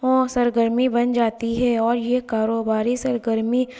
او سرگرمی بن جاتی ہے اور یہ کاروباری سرگرمی